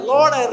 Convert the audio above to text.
Lord